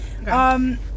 Okay